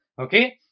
okay